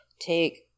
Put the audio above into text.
take